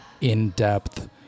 in-depth